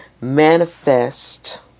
manifest